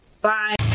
Bye